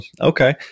okay